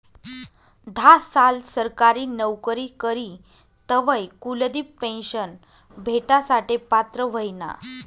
धा साल सरकारी नवकरी करी तवय कुलदिप पेन्शन भेटासाठे पात्र व्हयना